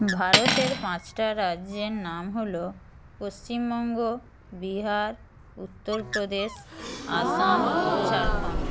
ভারতের পাঁচটা রাজ্যের নাম হল পশ্চিমবঙ্গ বিহার উত্তর প্রদেশ আসাম ঝাড়খন্ড